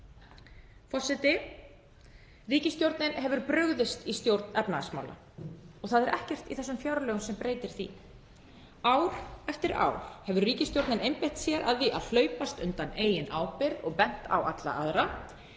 Forseti. Ríkisstjórnin hefur brugðist í stjórn efnahagsmála og það er ekkert í þessum fjárlögum sem breytir því. Ár eftir ár hefur ríkisstjórnin einbeitt sér að því að hlaupast undan eigin ábyrgð og bent á alla aðra